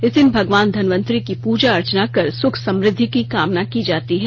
इस दिन भगवान धनवंतरि की पूजा अर्चना कर सुख समृद्वि की कामना की जाती है